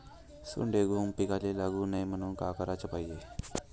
सोंडे, घुंग पिकाले लागू नये म्हनून का कराच पायजे?